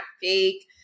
fake